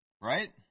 Right